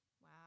Wow